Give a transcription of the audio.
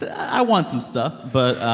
i want some stuff. but.